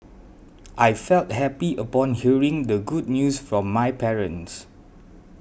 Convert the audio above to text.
I felt happy upon hearing the good news from my parents